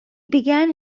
began